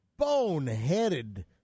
boneheaded